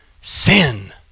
Sin